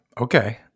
Okay